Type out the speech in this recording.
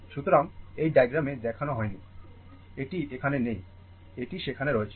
সুতরাং এই ডায়াগ্রামে দেখানো হয়নি এটি এখানে নেই এটি সেখানে রয়েছে